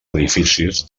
edificis